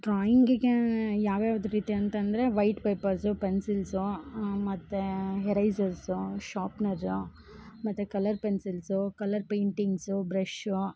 ಡ್ರಾಯಿಂಗಿಗೆ ಯಾವ್ಯಾವ್ದು ರೀತಿ ಅಂತಂದ್ರೆ ವೈಟ್ ಪೆಪರ್ಸು ಪೆನ್ಸಿಲ್ಸು ಮತ್ತು ಇರೈಸರ್ಸು ಶಾಪ್ನರ್ರು ಮತ್ತೆ colour pencils colour paintings brush